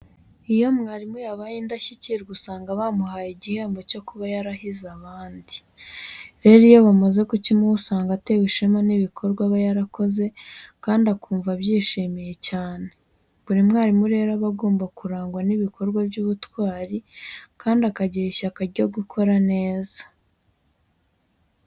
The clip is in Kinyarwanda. Iyo umwarimu yabaye indashyikirwa usanga bamuhaye igihembo cyo kuba yarahize abandi. Rero iyo bamaze kukimuha usanga atewe ishema n'ibikorwa aba yarakoze kandi akumva abyishimiye cyane. Buri mwarimu rero aba agomba kurangwa n'ibikorwa by'ubutwari kandi akagira ishyaka ryo gukora neza.